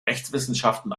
rechtswissenschaften